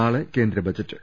നാളെ കേന്ദ്രബജറ്റ്